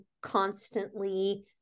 constantly